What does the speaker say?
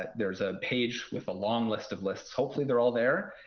there's a page with a long list of lists. hopefully they're all there.